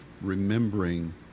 remembering